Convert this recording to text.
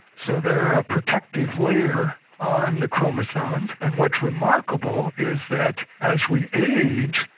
so they are a protective layer on the chromosomes, and what's remarkable is that as we age,